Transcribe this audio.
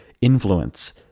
influence